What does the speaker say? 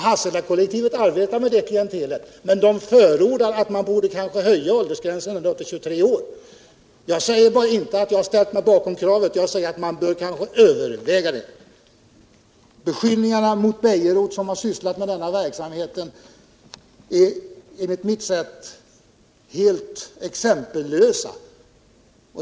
Hasselakollektivet arbetar med det klientelet, men där förordar man en höjning av åldersgränsen upp till 23 år. Jag säger inte att jag har ställt mig bakom det kravet, utan jag säger att man kanske bör överväga det. Beskyllningarna mot Nils Bejerot, som har sysslat med denna verksamhet, är enligt mitt sätt att se helt exempellösa.